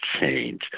change